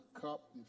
cup